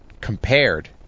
compared